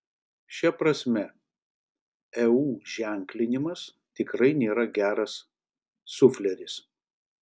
šia prasme eu ženklinimas tikrai nėra geras sufleris